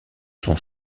sont